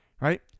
right